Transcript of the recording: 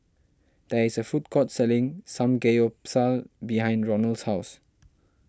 there is a food court selling Samgeyopsal behind Ronald's house